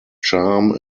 charm